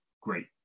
great